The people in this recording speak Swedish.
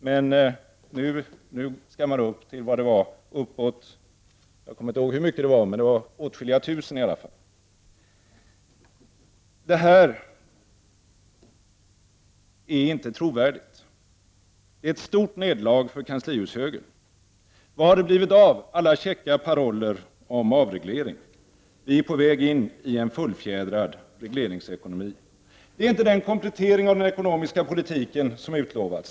Men nu skall beloppet höjas. Till hur mycket kommer jag inte ihåg, men det var åtskilliga tusen i alla fall. Det här är inte trovärdigt. Det är ett stort nederlag för kanslihushögern. Vad har det blivit av alla käcka paroller om avreglering? Vi är på väg in i en fullfjädrad regleringsekonomi. Det är inte den komplettering av den ekonomiska politiken som utlovats.